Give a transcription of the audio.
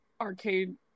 arcade